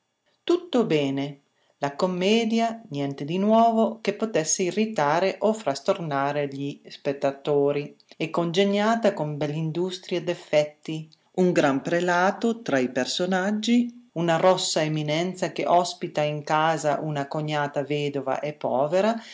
tutto bene la commedia niente di nuovo che potesse irritare o frastornare gli spettatori e congegnata con bell'industria d'effetti un gran prelato tra i personaggi una rossa eminenza che ospita in casa una cognata vedova e povera